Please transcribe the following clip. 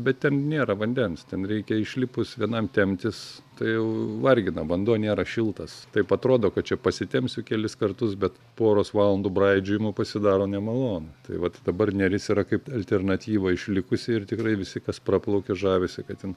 bet ten nėra vandens ten reikia išlipus vienam temptis tai vargina vanduo nėra šiltas taip atrodo kad čia pasitempsiu kelis kartus bet poros valandų braidžiojimo pasidaro nemalonu tai vat dabar neris yra kaip alternatyva išlikusi ir tikrai visi kas praplaukia žavisi kad ten